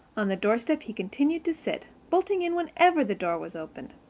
on the doorstep he continued to sit, bolting in whenever the door was opened.